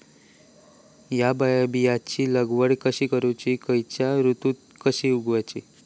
हया बियाची लागवड कशी करूची खैयच्य ऋतुत कशी उगउची?